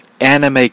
anime